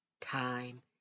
time